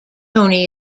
tony